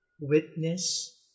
witness